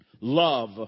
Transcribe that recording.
Love